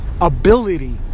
ability